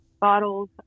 bottles